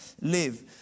live